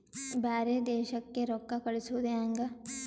ಬ್ಯಾರೆ ದೇಶಕ್ಕೆ ರೊಕ್ಕ ಕಳಿಸುವುದು ಹ್ಯಾಂಗ?